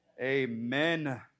amen